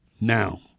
Now